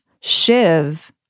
Shiv